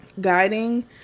guiding